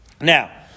now